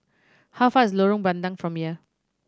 how far is Lorong Bandang from here